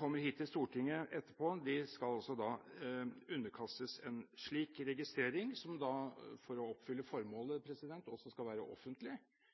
kommer hit til Stortinget etterpå, skal underkastes en registrering som – for å oppfylle formålet